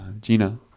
Gina